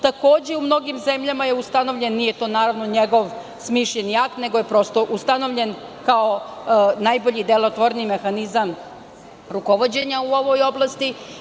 Takođe u mnogim zemljama je ustanovljen, nije to njegov smišljen akt, nego je ustanovljen kao najbolji i najdelotvorniji mehanizam rukovođenja u ovoj oblasti.